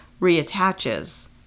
reattaches